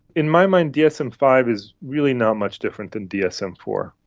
in my mind dsm five is really not much different than dsm four.